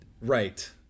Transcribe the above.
right